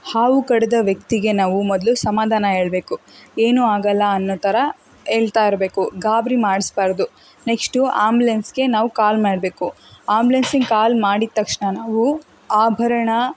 ಹಾವು ಕಡಿದ ವ್ಯಕ್ತಿಗೆ ನಾವು ಮೊದಲು ಸಮಾಧಾನ ಹೇಳ್ಬೇಕು ಏನೂ ಆಗಲ್ಲ ಅನ್ನೋ ಥರ ಹೇಳ್ತಾ ಇರಬೇಕು ಗಾಬರಿ ಮಾಡಸ್ಬಾರ್ದು ನೆಕ್ಷ್ಟು ಆಂಬುಲೆನ್ಸ್ಗೆ ನಾವು ಕಾಲ್ ಮಾಡಬೇಕು ಆಂಬುಲೆನ್ಸಿಗೆ ಕಾಲ್ ಮಾಡಿದ ತಕ್ಷಣ ನಾವು ಆಭರಣ